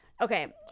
Okay